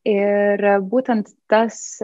ir būtent tas